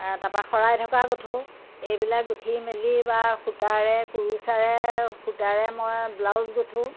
তাৰ পৰা শৰাই থকা গুঠো এইবিলাক গুঠি মেলি বা সূতাৰে কুৰু ছাৰে সূতাৰে মই ব্লাউজ গুঠো